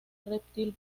reptil